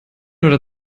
oder